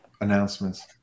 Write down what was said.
announcements